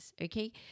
okay